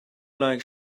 like